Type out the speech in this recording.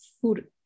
food